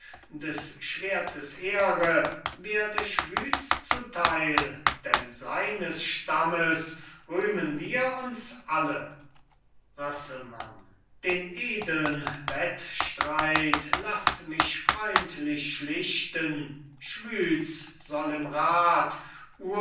des schwertes ehre werde schwyz zuteil denn seines stammes rühmen wir uns alle rösselmann den edeln wettstreit lasst mich freundlich schlichten schwyz soll im rat